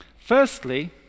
Firstly